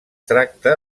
tracta